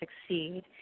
succeed